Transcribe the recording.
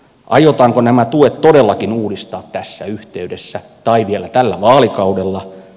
aiotaanko nämä tuet todellakin uudistaa tässä yhteydessä tai vielä tällä vaalikaudella